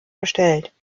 bestellt